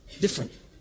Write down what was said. different